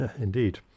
Indeed